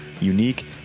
unique